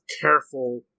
careful